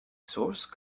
source